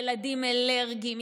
ילדים אלרגיים,